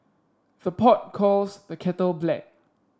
the pot calls the kettle black